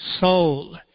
soul